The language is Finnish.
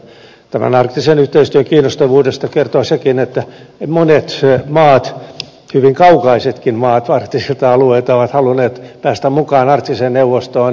tämän arktisen yhteistyön kiinnostavuudesta kertoo sekin että monet maat hyvin kaukaisetkin maat arktisilta alueilta ovat halunneet päästä mukaan arktiseen neuvostoon tarkkailijajäseninä